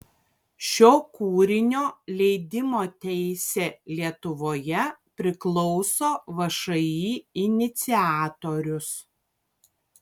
šio kūrinio leidimo teisė lietuvoje priklauso všį iniciatorius